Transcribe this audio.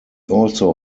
also